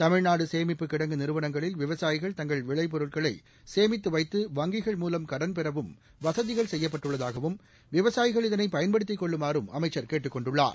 தமிழ்நாடு சேமிப்பு கிடங்கு நிறுவனங்களில் விவசாயிகள் தங்கள் விளை பொருட்களை சேமித்து வைத்து வங்கிகள் மூலம் கடன்பெறவும் வசதிகள் செய்யப்பட்டுள்ளதாகவும் விவசாயிகள் இதனை பயன்படுத்திக் கொள்ளுமாறும் அமைச்சர் கேட்டுக் கொண்டுள்ளார்